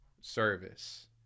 service